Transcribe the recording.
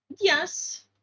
Yes